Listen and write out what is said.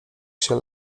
się